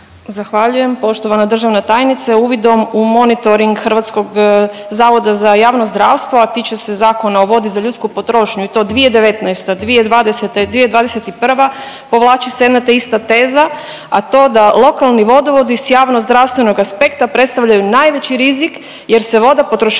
Zahvaljujem. Poštovana državna tajnice uvidom u monitoring HZJZ-a a tiče se Zakona o vodi za ljudsku potrošnju i to 2019., 2020. i 2021. povlači se jedna te ista teza, a to da lokalni vodovodi s javnozdravstvenog aspekta predstavljaju najveći rizik jer se voda potrošačima